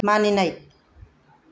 मानिनाय